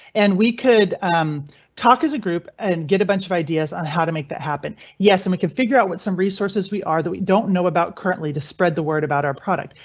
and we could talk as a group and get a bunch of ideas on how to make that happen. yeah, so we can figure out what some resources we are that we don't know about currently to spread the word about our product.